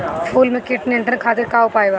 फूल में कीट नियंत्रण खातिर का उपाय बा?